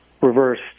Reversed